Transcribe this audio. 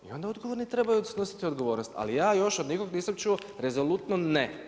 I onda odgovorni trebaju snositi odgovornost, ali ja još od nikog nisam čuo rezolutno ne.